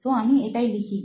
তো আমি এটাই লিখি